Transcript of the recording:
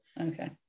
okay